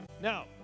Now